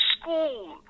school